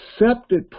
accepted